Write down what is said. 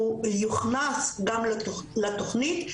הוא יוכנס גם לתוכנית,